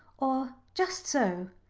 or just so.